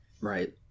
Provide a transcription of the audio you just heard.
right